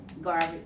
Garbage